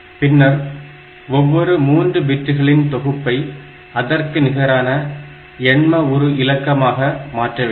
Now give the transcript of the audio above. பின்னர் ஒவ்வொரு 3 பிட்டுகளின் தொகுப்பை அதற்கு நிகரான எண்ம உரு இலக்கமாக மாற்ற வேண்டும்